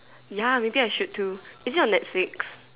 ya may be I should too is it on netflix